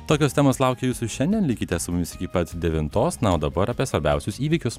tokios temos laukia jūsų šiandien likite su mumis iki pat devintos na o dabar pora apie svarbiausius įvykius